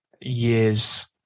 years